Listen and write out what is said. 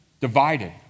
divided